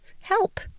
Help